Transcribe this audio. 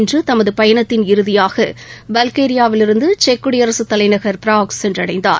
இன்று தனது பயணத்தின் இறுதியாக பல்கேரியாவிலிருந்து செக் குடியரசு தலைநகர் ப்ராக் சென்றடைந்தார்